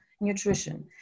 nutrition